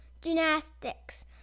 gymnastics